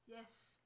Yes